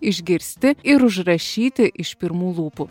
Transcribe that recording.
išgirsti ir užrašyti iš pirmų lūpų